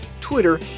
Twitter